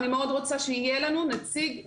אני מאוד רוצה שיהיה לנו נציג בדואי.